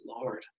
Lord